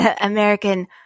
American